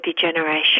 degeneration